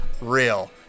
real